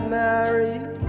married